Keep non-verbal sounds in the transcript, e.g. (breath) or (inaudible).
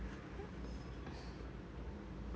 (breath)